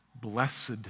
Blessed